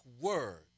word